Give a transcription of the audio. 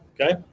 okay